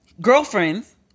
girlfriends